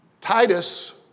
Titus